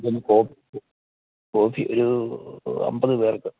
coffee ഒരു അൻപത് പേർക്ക്